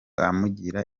amugira